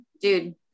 dude